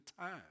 time